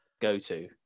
go-to